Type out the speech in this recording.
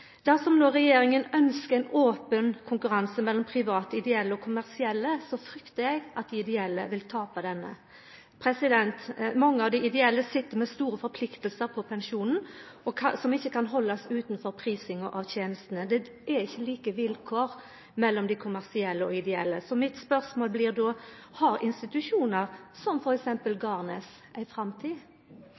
Dersom regjeringa no ønskjer ein open konkurranse mellom dei private, ideelle og kommersielle aktørar, fryktar eg at dei ideelle vil tapa. Mange av dei ideelle sit med store forpliktingar på pensjonen som ikkje kan haldast utanfor prisinga av tenestene. Det er ikkje like vilkår mellom dei kommersielle og ideelle. Så mitt spørsmål blir då: Har institusjonar, som f.eks. Garnes, ei framtid?